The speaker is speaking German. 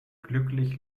glücklich